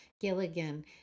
Gilligan